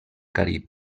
carib